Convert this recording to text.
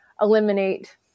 eliminate